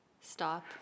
Stop